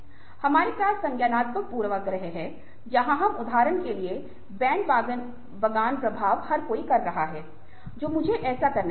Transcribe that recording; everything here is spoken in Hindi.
हमारे पास संज्ञानात्मक पूर्वाग्रह हैं जहां हम उदाहरणों के लिए बैंडवागन प्रभाव हर कोई कर रहा है जो मुझे ऐसा करने देता है